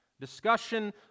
discussion